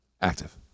Active